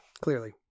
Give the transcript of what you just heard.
clearly